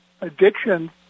addiction